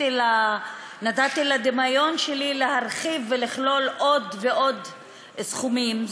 ונתתי לדמיון שלי להרחיב ולכלול עוד ועוד סכומים,